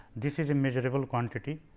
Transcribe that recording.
this is a measurable quantity